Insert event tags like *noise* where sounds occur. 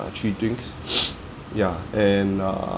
three drinks *noise* ya and err